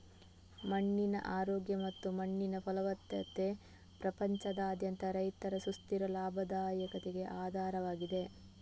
ಮಣ್ಣಿನ ಆರೋಗ್ಯ ಮತ್ತು ಮಣ್ಣಿನ ಫಲವತ್ತತೆ ಪ್ರಪಂಚದಾದ್ಯಂತ ರೈತರ ಸುಸ್ಥಿರ ಲಾಭದಾಯಕತೆಗೆ ಆಧಾರವಾಗಿದೆ